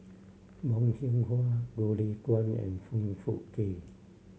Bong Hiong Hwa Goh Lay Kuan and Foong Fook Kay